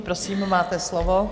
Prosím, máte slovo.